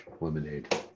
lemonade